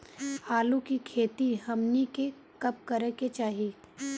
आलू की खेती हमनी के कब करें के चाही?